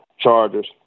Chargers